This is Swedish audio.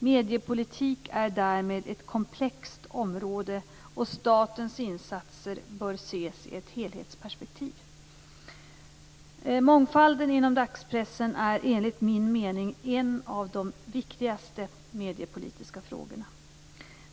Mediepolitik är därmed ett komplext område, och statens insatser bör ses i ett helhetsperspektiv. Mångfalden inom dagspressen är enligt min mening en av de viktigaste mediepolitiska frågorna.